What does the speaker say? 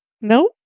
Nope